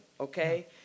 okay